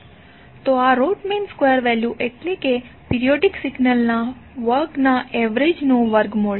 તો આ root mean square value એટલે કે પિરીયોડીક સિગ્નલ ના વર્ગના એવરેજ નુ વર્ગમૂળ